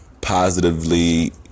positively